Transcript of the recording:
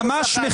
ממש לא הגיוני.